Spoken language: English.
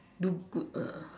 do good ah